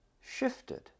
shifted